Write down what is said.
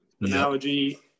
analogy